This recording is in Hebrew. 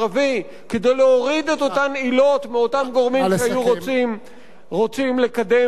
עילות מאותם גורמים שהיו רוצים לקדם אותנו לעימות כולל.